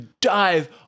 dive